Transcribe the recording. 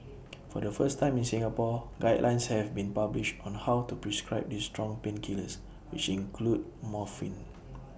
for the first time in Singapore guidelines have been published on how to prescribe these strong painkillers which include morphine